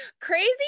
crazy